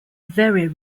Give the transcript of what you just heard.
very